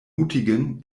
mutigen